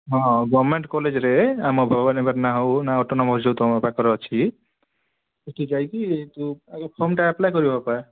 ହଁ ଗଭମେଣ୍ଟ କଲେଜ୍ରେ ଆମ ଭବାନୀପାଟଣା ହଉ ନା ଅଟୋନମସ୍ ଯୋଉ ତମ ପାଖରେ ଅଛି ସେଠି ଯାଇକି ତୁ ଆଗ ଫର୍ମଟା ଏପ୍ଲାଏ କରିବୁ ବାପା